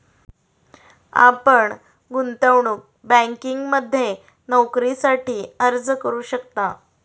आपण गुंतवणूक बँकिंगमध्ये नोकरीसाठी अर्ज करू शकता